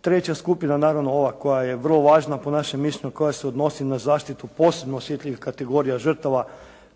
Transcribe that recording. Treća skupina naravno ova koja je vrlo važna po našem mišljenju koja se odnosi na zaštitu posebno osjetljivih kategorija žrtava